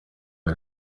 our